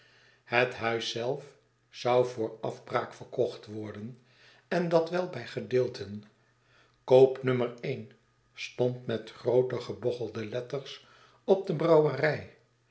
het huis zelf zou voor afbraak verkocht worden en dat wel bij gedeelten koopnol stond met groote gebochelde letters op de brouwerij